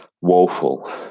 woeful